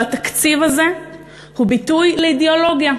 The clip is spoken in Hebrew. והתקציב הזה הוא ביטוי לאידיאולוגיה.